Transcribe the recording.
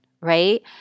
right